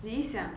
理想